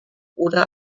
oder